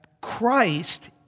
Christ